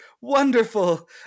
wonderful